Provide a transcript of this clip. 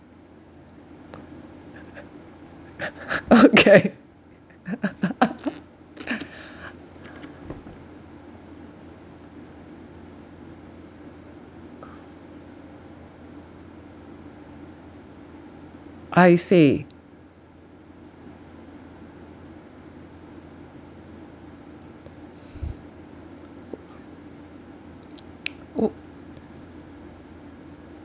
okay I see oo